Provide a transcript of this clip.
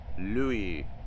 Louis